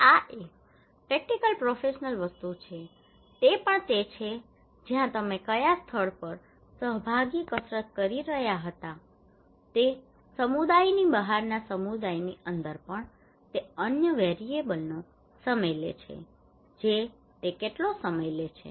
આ એક practical professional વસ્તુઓ છે તે પણ તે છે જ્યાં તમે ક્યા સ્થળ પર સહભાગી કસરત કરી રહ્યા હતા તે સમુદાયની બહારના સમુદાયની અંદર પણ તે અન્ય વેરીએબલનો સમય લે છે જે તે કેટલો સમય લે છે